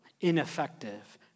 ineffective